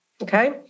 Okay